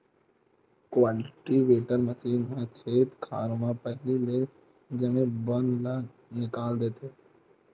cultivator machine ह खेत खार म पहिली ले जामे बन ल निकाल देथे